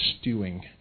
stewing